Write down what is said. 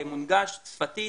מונגש שפתית,